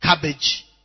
Cabbage